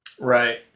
Right